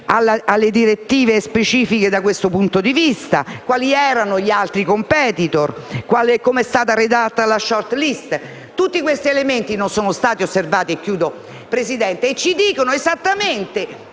alle direttive specifiche, da questo punto di vista? Quali erano gli altri *competitor*? Come è stata redatta la *short list*? Tutti questi elementi, che non sono stati osservati, ci dicono esattamente